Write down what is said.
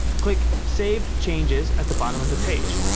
click save changes at the bottom of the page.